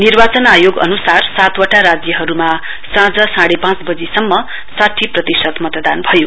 निर्वाचन आयोग अनुसार सातवटा राज्यहरूमा साँझ सांढे पाँच बजीसम्म साठी प्रतिशत मतदान भयो